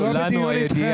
מה יש לכם להגיד.